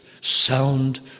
sound